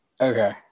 Okay